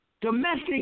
Domestic